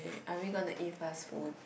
eh are we gonna eat fast food